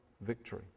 victory